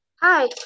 Hi